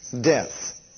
death